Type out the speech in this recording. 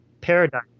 paradigm